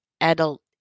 adult